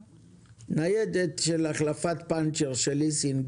ניידת להחלפת פנצ'ר של רכב ליסינג